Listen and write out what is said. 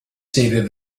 stated